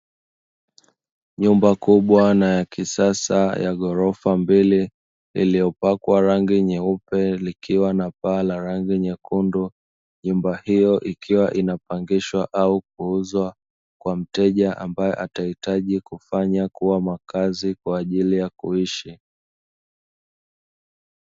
Nyumba kubwa na yakisasa ya ghorofa mbili iliyopakwa rangi nyeupe likiwa na paa ya rangi nyekundu, nyumba hiyo ikiwa inapangishwa au kuuzwa kwa mteja ambae ataifanya kuwa makazi kwa ajili ya kuishi.